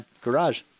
garage